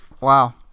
Wow